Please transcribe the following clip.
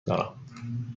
دارم